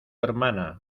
hermana